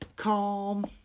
calm